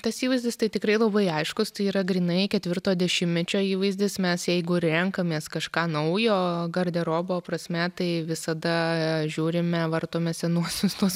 tas įvaizdis tai tikrai labai aiškus tai yra grynai ketvirto dešimečio įvaizdis mes jeigu ir renkamės kažką naujo garderobo prasme tai visada žiūrime vartome senuosius tuos